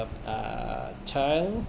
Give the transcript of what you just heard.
uh child